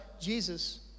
jesus